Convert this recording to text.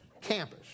campus